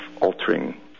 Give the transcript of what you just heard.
altering